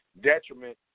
Detriment